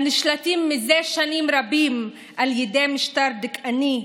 הנשלטים מזה שנים רבות על ידי משטר דכאני,